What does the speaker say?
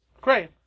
Great